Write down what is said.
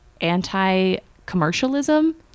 anti-commercialism